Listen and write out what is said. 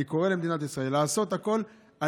אני קורא למדינת ישראל לעשות הכול על